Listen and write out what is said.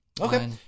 Okay